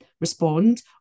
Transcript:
respond